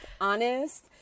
honest